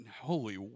holy